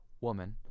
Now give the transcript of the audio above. woman